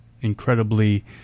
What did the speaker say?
incredibly